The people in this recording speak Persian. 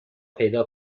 پیدا